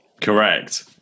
Correct